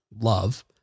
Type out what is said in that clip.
love